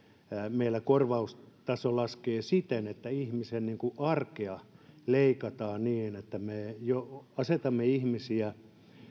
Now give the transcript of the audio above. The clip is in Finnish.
meillä korvaustaso laskee niin että ihmisen arkea leikataan niin että me jo asetamme ihmisiä